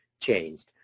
changed